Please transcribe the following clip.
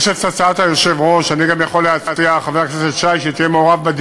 לי אישית לא הייתה בעיה שגם תהיה חקיקה של הצעה טרומית,